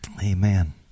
Amen